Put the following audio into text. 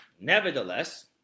Nevertheless